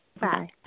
Bye